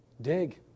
Dig